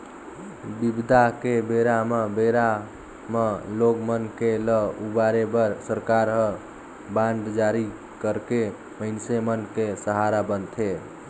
बिबदा के बेरा म बेरा म लोग मन के ल उबारे बर सरकार ह बांड जारी करके मइनसे मन के सहारा बनथे